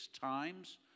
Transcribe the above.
times